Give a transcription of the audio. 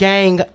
Gang